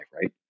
Right